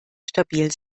stabil